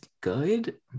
good